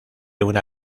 una